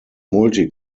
multi